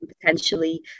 potentially